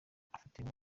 afatirwa